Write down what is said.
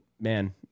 man